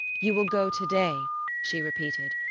you will go to-day she repeated,